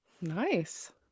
Nice